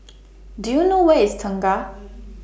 Do YOU know Where IS Tengah